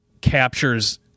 captures